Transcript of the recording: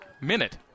minute